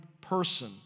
person